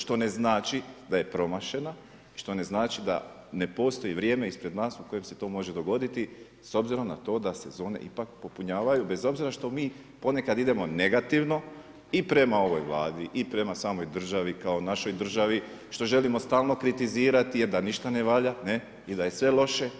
Što ne znači da je promašena i što ne znači da ne postoji vrijeme ispred nas u kojem se to može dogoditi s obzirom na to da se zone ipak popunjavaju bez obzira što mi ponekad idemo negativno i prema ovoj Vladi i prema samoj državi kao našoj državi, što želimo stalno kritizirati, jer da ništa ne valja, i da je sve loše.